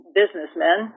businessmen